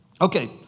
Okay